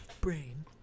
brain